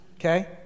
okay